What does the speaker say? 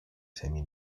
semi